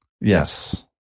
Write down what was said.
yes